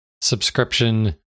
subscription